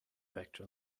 vector